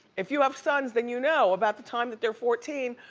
if you have sons then you know about the time that they're fourteen,